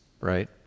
right